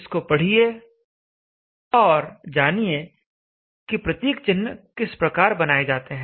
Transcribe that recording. इसको पढ़िए और जानिए कि प्रतीक चिन्ह किस प्रकार बनाए जाते हैं